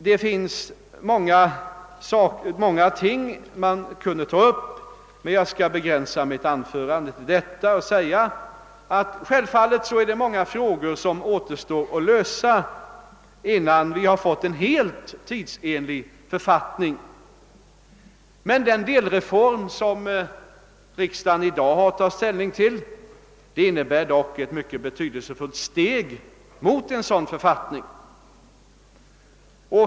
Det finns många frågor som man kunde ta upp, men jag skall begränsa mitt anförande till vad jag nu sagt. Självfallet återstår många frågor att lösa innan vi fått en helt tidsenlig författning, men den delreform som riksdagen i dag har att ta ställning till innebär dock ett mycket betydelsefullt steg mot en sådan författning.